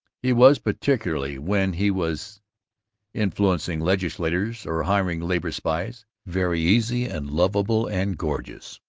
he was, particularly when he was influencing legislatures or hiring labor-spies, very easy and lovable and gorgeous.